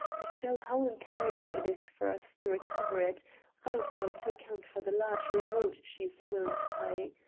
to show how imperative it is for us to recover it also to account for the large reward she is willing to pay.